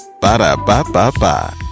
Ba-da-ba-ba-ba